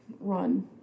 run